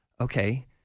okay